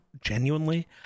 genuinely